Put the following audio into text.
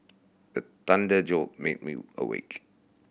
the thunder jolt me me awake